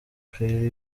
kylie